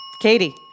Katie